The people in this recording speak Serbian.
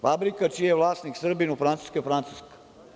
Fabrika čiji je vlasnik Srbin u Francuskoj je francuska.